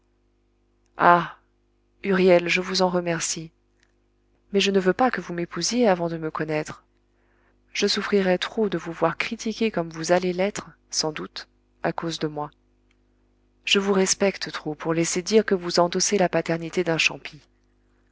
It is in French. huriel je vous en remercie mais je ne veux pas que vous m'épousiez avant de me connaître je souffrirais trop de vous voir critiqué comme vous allez l'être sans doute à cause de moi je vous respecte trop pour laisser dire que vous endossez la paternité d'un